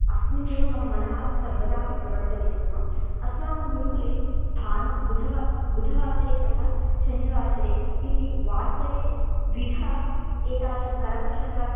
अस्मिन्नेव मम मनः सर्वदापि प्रवर्तते स्म अस्माकं गुरुकुले भानु बुधवासरे बुधवासरे तथा शनिवासरे इति वासरे द्विधा एतेषां करकुशलं